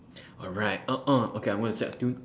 alright uh uh okay I'm gonna set a tune